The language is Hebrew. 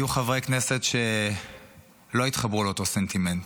אבל היו חברי כנסת שלא התחברו לאותו סנטימנט.